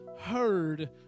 heard